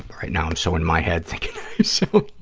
right now i'm so in my head thinking so